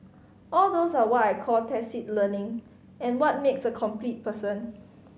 all those are why I call tacit learning and what makes a complete person